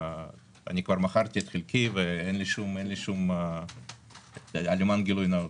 אני מכרתי את חלקי, למען גילוי נאות.